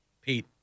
pete